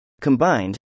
Combined